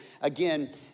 again